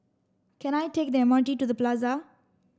can I take the M R T to the Plaza